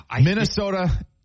Minnesota